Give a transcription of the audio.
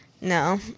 No